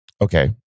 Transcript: Okay